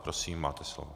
Prosím, máte slovo.